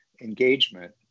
engagement